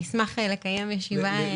נשמח לקיים ישיבה בנושא.